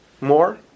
more